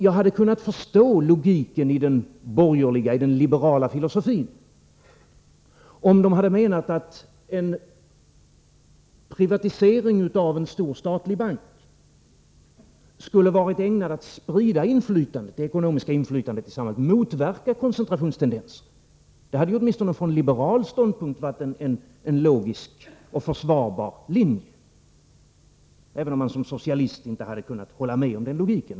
Jag hade kunnat förstå logiken i den liberala filosofin, om man hade menat att en privatisering av en stor statlig bank skulle ha varit ägnad att sprida det ekonomiska inflytandet i samhället och att motverka koncentrationstendenser. Det hade åtminstone från liberal ståndpunkt varit en logisk och försvarbar linje, även om man som socialist inte hade kunna hålla med om den logiken.